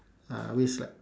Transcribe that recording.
I always like